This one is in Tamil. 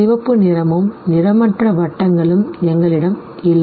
சிவப்பு நிறமும் நிறமற்ற வட்டங்களும் எங்களிடம் இல்லை